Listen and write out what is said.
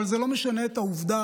אבל זה לא משנה את אותה עובדה